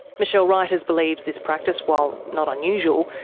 michele ruyters believes this practice, while not unusual,